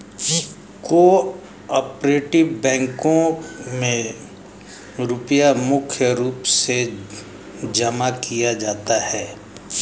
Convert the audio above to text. को आपरेटिव बैंकों मे रुपया मुख्य रूप से जमा किया जाता है